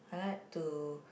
I like to